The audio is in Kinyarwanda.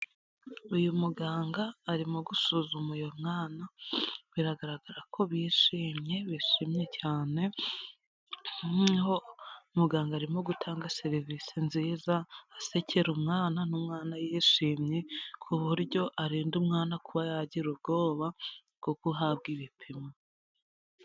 Uyu muganga arimo gusuzuma uyu mwana, biragaragara ko bishimye cyane, noneho muganga arimo gutanga serivisi nziza, asekera umwana n'umwana yishimye, ku buryo arinda umwana kuba yagira ubwoba bwo guhabwa ibipimo.